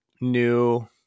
new